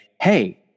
hey